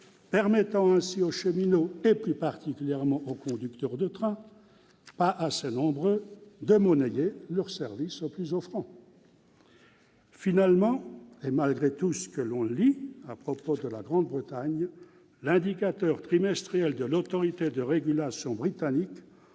permettant ainsi aux cheminots, plus particulièrement aux conducteurs de train, trop peu nombreux, de monnayer leurs services au plus offrant. En définitive, et malgré tout ce qu'on lit à propos de la Grande-Bretagne, l'indicateur trimestriel de l'autorité de régulation britannique